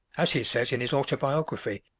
as he says in his autobiography,